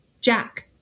Jack